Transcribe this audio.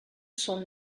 son